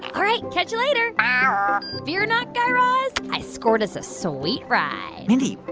all right. catch you later ah fear not, guy raz. i scored us a sweet ride mindy,